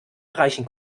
erreichen